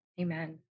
Amen